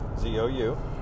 Z-O-U